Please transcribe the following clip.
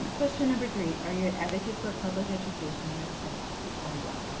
question number three. are you a advocate for public education, and if so explain why?